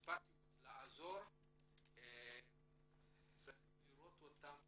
שיעזור צריכים לראות בהם שותפים,